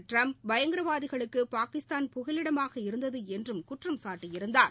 Trump பயங்கரவாதிகளுக்குபாகிஸ்தான் புகலிடமாக இருந்ததுஎன்றும் குற்றம் சாட்டியிருந்தார்